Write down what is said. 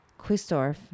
Quistorf